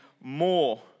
more